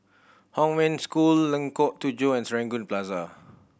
Hong Wen School Lengkok Tujoh and Serangoon Plaza